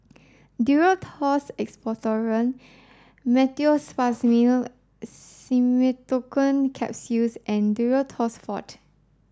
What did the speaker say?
Duro Tuss Expectorant Meteospasmyl Simeticone Capsules and Duro Tuss Forte